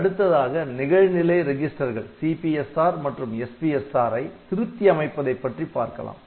அடுத்ததாக நிகழ்நிலை ரிஜிஸ்டர்கள் CPSR மற்றும் SPSR ஐ திருத்தி அமைப்பதை பற்றி பார்க்கலாம்